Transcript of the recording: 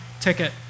ticket